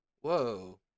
Whoa